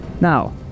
Now